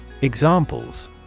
Examples